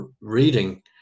reading